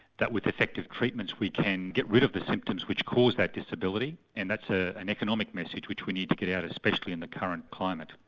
that with effective treatments we can get rid of the symptoms which cause that disability and that's ah an economic message which we need to get out especially in the current climate.